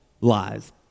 lies